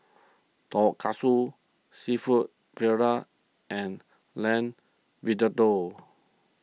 Tonkatsu Seafood Paella and Lamb